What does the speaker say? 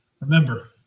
remember